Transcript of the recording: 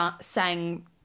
sang